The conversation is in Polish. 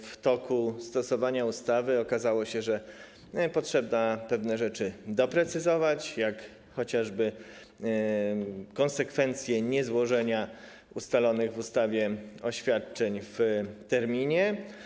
W toku stosowania ustawy okazało się, że potrzeba pewne rzeczy doprecyzować, jak chociażby konsekwencje niezłożenia ustalonych w ustawie oświadczeń w terminie.